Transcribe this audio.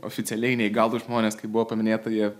oficialiai neįgalūs žmonės kaip buvo paminėta jie